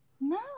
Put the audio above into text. No